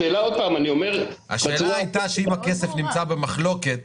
השאלה הייתה שאם הכסף נמצא במחלוקת,